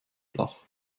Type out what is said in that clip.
flach